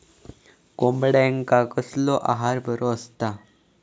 कोंबड्यांका कसलो आहार बरो असता?